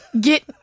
get